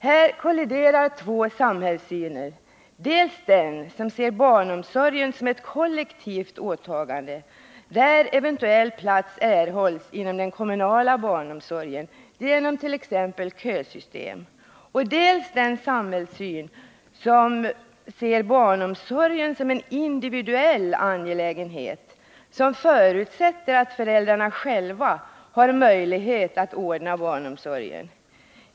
Här kolliderar två samhällssyner, dels den som ser barnomsorgen som ett kollektivt åtagande, där eventuell plats erhålls inom den kommunala barnomsorgen genom t.ex. kösystem, dels den som ser barnomsorgen som en individuell angelägenhet, som förutsätter att föräldrarna själva har möjlighet att ordna barnomsorgen.